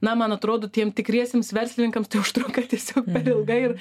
na man atrodo tiems tikriesiems verslininkams tai užtrunka tiesiog per ilgai ir